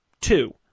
Two